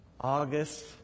August